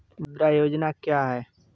मुद्रा योजना क्या है?